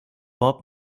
bob